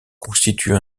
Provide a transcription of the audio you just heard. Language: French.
constitue